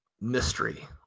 mystery